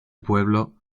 pueblo